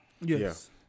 Yes